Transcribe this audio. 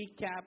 recap